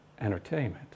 entertainment